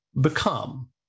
become